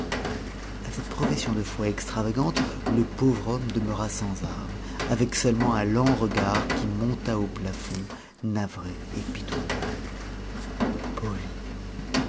à cette profession de foi extravagante le pauvre homme demeura sans armes avec seulement un lent regard qui monta au plafond navré et pitoyable poli